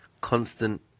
Constant